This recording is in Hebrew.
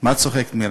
מה את צוחקת, מירב?